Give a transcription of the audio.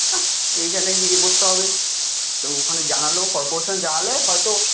নাহ এইটাতে নিজে করতে হবে তো ওখানে জানালেও কর্পোরেশনে জানালে হয়তো